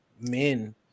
men